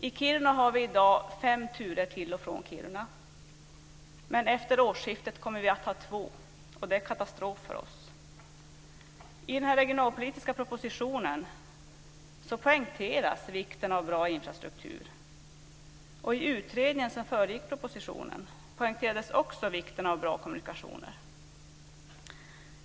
I dag har vi fem turer till och från Kiruna, men efter årsskiftet kommer vi att ha två, och det är en katastrof för oss. I den här regionalpolitiska propositionen poängteras vikten av bra infrastruktur. I utredningen som föregick propositionen poängterades också vikten av bra kommunikationer.